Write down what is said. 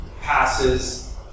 passes